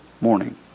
morning